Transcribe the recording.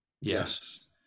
Yes